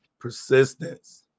Persistence